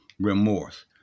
remorse